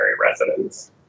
residence